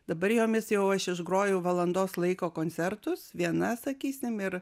dabar jomis jau aš išgroju valandos laiko koncertus viena sakysim ir